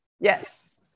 Yes